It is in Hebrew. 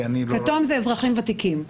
כתום זה אזרחים ותיקים.